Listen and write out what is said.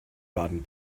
baden